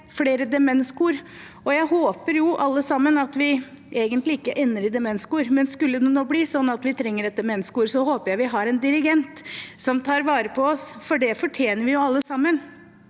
flere demenskor. Jeg håper jo at vi – alle sammen – ikke ender i demenskor, men skulle det nå bli sånn at vi trenger et demenskor, håper jeg at vi har en dirigent som tar vare på oss, for det fortjener vi, alle sammen.